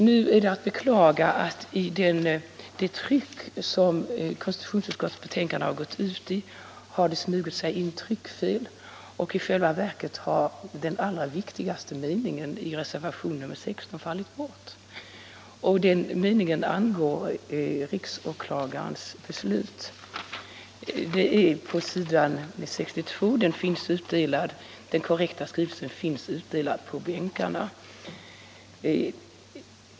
Nu är det att beklaga att i konstitutionsutskottets betänkande har smugit sig in ett tryckfel. I själva verket har den allra viktigaste meningen i reservationen 16 fallit bort, och den meningen angår riksåklagarens beslut. Meningen finns på s. 62, och det korrekta skrivsättet finns utdelat på bänkarna.